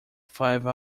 five